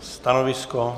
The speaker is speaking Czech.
Stanovisko?